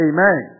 Amen